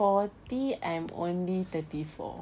forty I'm only thirty four